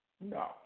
No